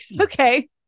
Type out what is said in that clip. Okay